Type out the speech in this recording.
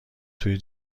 توی